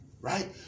right